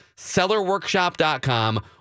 sellerworkshop.com